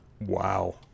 wow